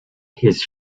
his